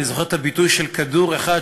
אני זוכר את הביטוי "כדור אחד",